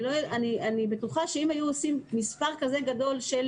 אני בטוחה שאם היו עושים מספר כזה גדול של